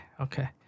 okay